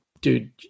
dude